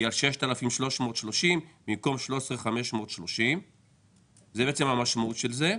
היא ה- 6,330 ₪ במקום 13,530 ₪ זה בעצם המשמעות של זה.